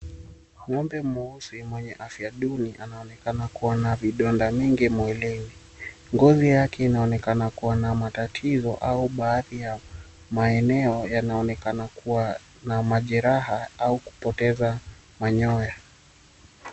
Ng'ombe mweusi mwenye afya duni anaonekana kuwa na vidonda mwilini. Ngozi yake inaonekana kuwa na matatizo au baadhi ya maeneo yanaonekana kuwa na majeraha au kupoteza manyoya.